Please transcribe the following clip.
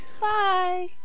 Bye